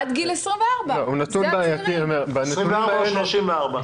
עד גיל 24. 24 או 34?